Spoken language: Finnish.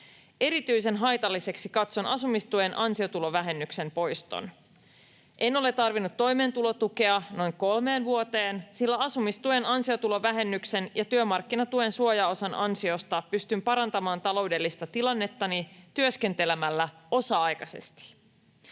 Erityisen haitalliseksi katson asumistuen ansiotulovähennyksen poiston. En ole tarvinnut toimeentulotukea noin kolmeen vuoteen, sillä asumistuen ansiotulovähennyksen ja työmarkkinatuen suojaosan ansiosta pystyn parantamaan taloudellista tilannettani työskentelemällä osa-aikaisesti.